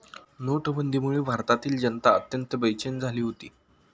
नोटाबंदीमुळे भारतातील जनता अत्यंत बेचैन झाली होती